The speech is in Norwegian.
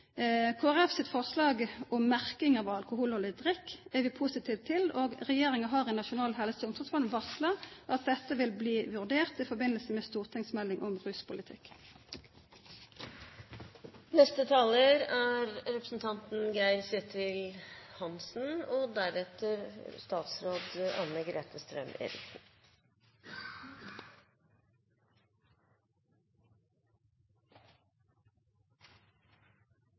Folkeparti sitt forslag om merking av alkoholhaldig drikk er vi positive til, og regjeringa har i Nasjonal helse- og omsorgsplan varsla at dette vil bli vurdert i samband med stortingsmeldinga om ruspolitikk. Jeg tar ordet for å understreke en merknad i komitéinnstillingen som hele komiteen stiller seg bak, og